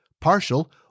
partial